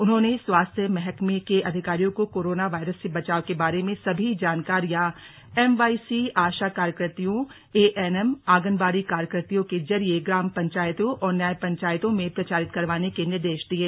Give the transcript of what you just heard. उन्होंने स्वास्थ्य महकमे के अधिकारियों को कोरोना वायरस से बचाव के बारे में सभी जानकारियां एमवाईसी आशा कार्यकत्रियों एएनएम आंगनबाड़ी कार्यकत्रियों के जरिए ग्राम पंचायतों और न्याय पंचायतों में प्रचारित करवाने के निर्देश दिये